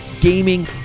gaming